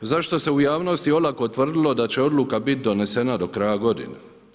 Zašto se u javnosti olako utvrdilo da će odluka biti donesena do kraja godine.